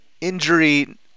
injury